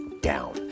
down